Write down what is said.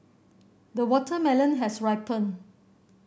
the watermelon has ripened